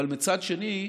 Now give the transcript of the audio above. אבל מצד שני,